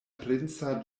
princa